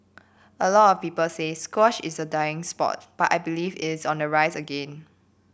a lot of people say squash is a dying sport but I believe it is on the rise again